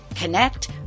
connect